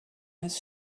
his